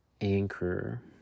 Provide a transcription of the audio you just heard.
anchor